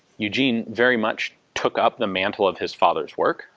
eugene very much took up the mantle of his father's work.